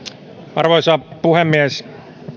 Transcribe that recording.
arvoisa puhemies